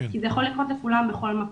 כי זה יכול לקרות לכולם בכל מקום.